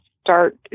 start